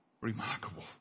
remarkable